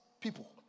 people